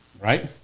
Right